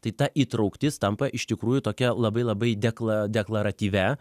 tai ta įtrauktis tampa iš tikrųjų tokia labai labai dekla deklaratyvia